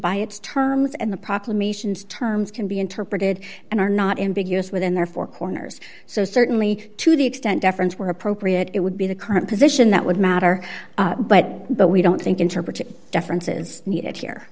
by its terms and the proclamations terms can be interpreted and are not ambiguous within their four corners so certainly to the extent deference were appropriate it would be the current position that would matter but but we don't think interpretive deference is needed here